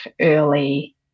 early